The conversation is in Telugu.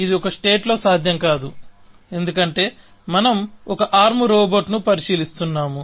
ఇది ఒక స్టేట్ లో సాధ్యం కాదు ఎందుకంటే మనం ఒక ఆర్మ్ రోబోట్ను పరిశీలిస్తున్నాము